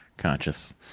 conscious